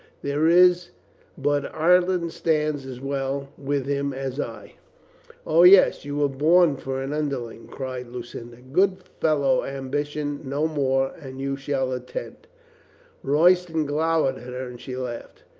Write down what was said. there is but ireton stands as well with him as i a o, yes, you were born for an underling, cried lucinda. good fellow, ambition no more and you shall attain. royston glowered at her and she laughed.